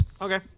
Okay